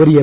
ഒരു എം